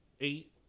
eight